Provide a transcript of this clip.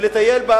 ולטייל,